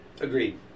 Agreed